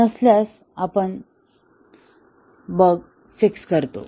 नसल्यास आपण bug fix करतो